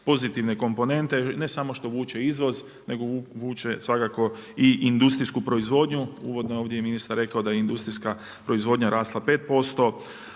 pozitivne komponentne, ne samo što vuče izvoz nego vuče svakako i industrijsku proizvodnju. Uvodno je ovdje ministar rekao da je industrijska proizvodnja rasla 5%,